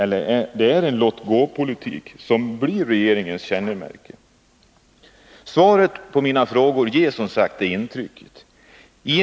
Det är en låt-gå-politik som blir regeringens kännemärke — svaret på mina frågor ger det intrycket.